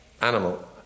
animal